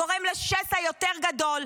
גורם לשסע יותר גדול,